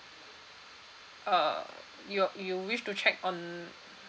uh you you wish to check on